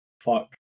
Fuck